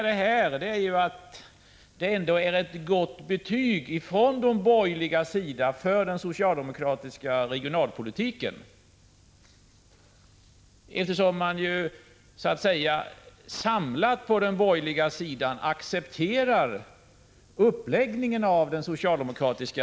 Det är ett gott betyg från borgerligheten för den socialdemokratiska regionalpolitiken, eftersom man samlat på den borgerliga sidan accepterar uppläggningen av denna politik.